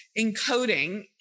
encoding